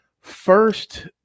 first